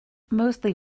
mostly